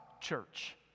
church